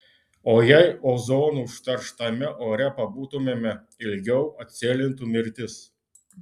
o jei ozonu užterštame ore pabūtumėme ilgiau atsėlintų mirtis